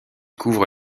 couvre